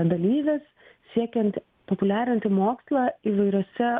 dalyvis siekiant populiarinti mokslą įvairiuose